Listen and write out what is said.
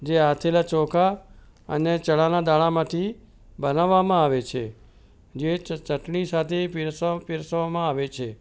જે આથેલા ચોખા અને ચણાના દાણામાંથી બનાવવામાં આવે છે જે ચ ચટણી સાથે પીરસવા પીરસવામાં આવે છે